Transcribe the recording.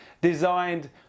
designed